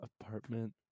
apartment